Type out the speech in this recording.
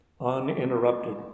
uninterrupted